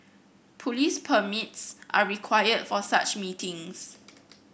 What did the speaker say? police permits are required for such meetings